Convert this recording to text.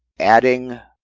adding,